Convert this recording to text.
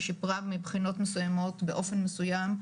היא שיפרה מבחינת מסוימות, באופן מסוים,